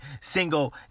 single